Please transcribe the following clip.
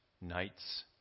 nights